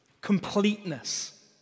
completeness